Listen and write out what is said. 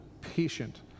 patient